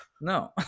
No